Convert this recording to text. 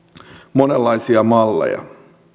monenlaisia malleja